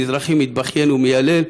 מזרחי מתבכיין ומיילל,